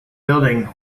building